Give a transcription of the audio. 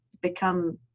become